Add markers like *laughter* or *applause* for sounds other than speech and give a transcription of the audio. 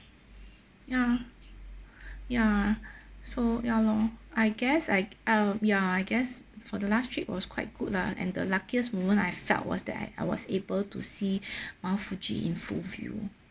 ya ya so ya lor I guess I um ya I guess for the last trip was quite good lah and the luckiest moment I felt was that I was able to see *breath* mount fuji in full view